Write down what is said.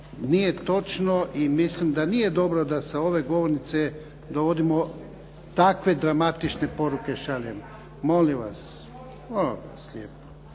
nije točno i mislim da nije dobro da sa ove govornice dovodimo takve dramatične poruke šaljemo. Molim vas. Molim vas lijepo.